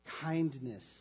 kindness